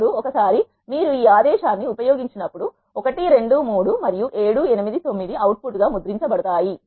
ఇప్పుడు ఒకసారి మీరు ఈ ఆదేశాన్ని ఉపయోగించినప్పుడు 1 2 3 మరియు 7 8 9 అవుట్ పుట్ గా ముద్రించబడతాయి